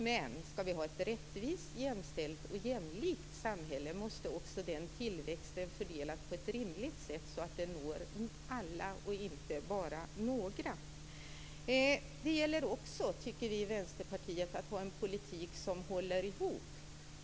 Men om vi skall ha ett rättvist, jämställt och jämlikt samhälle måste också den tillväxten fördelas på ett rimligt sätt, så att den når alla och inte bara några. Vi i Vänsterpartiet tycker också att det gäller att ha en politik som håller ihop.